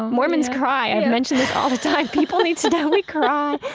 mormons cry. i've mentioned this all the time. people need to know we cry.